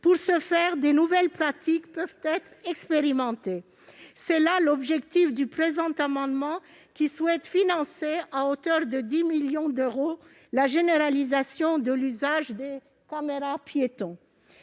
Pour ce faire, de nouvelles pratiques peuvent être expérimentées. Le présent amendement a pour objet de financer, à hauteur de 10 millions d'euros, la généralisation de l'usage des caméras-piétons.